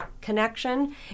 connection